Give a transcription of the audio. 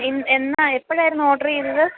എന് എന്നാണ് എപ്പോഴായിരുന്നു ഓർഡർ ചെയ്തത്